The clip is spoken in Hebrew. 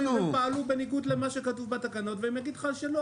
אבל תשאל אותם אם הם פעלו בניגוד למה שכתוב בתקנות והם יגידו לך שלא,